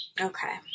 Okay